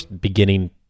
beginning